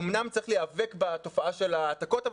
אמנם צריך להיאבק בתופעה של ההעתקות,